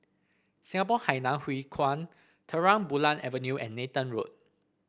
Singapore Hainan Hwee Kuan Terang Bulan Avenue and Nathan Road